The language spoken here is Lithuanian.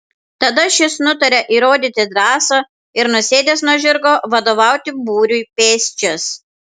tada šis nutaria įrodyti drąsą ir nusėdęs nuo žirgo vadovauti būriui pėsčias